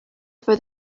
for